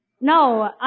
No